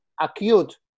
acute